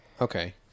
Okay